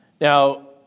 Now